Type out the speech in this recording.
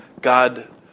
God